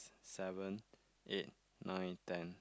seven eight nine ten